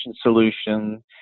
solution